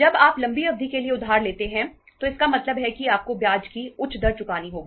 जब आप लंबी अवधि के लिए उधार लेते हैं तो इसका मतलब है कि आपको ब्याज की उच्च दर चुकानी होगी